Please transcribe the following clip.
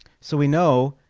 so we know